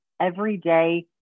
everyday